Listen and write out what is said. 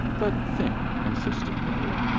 but, think, insisted millie,